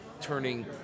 turning